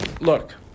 look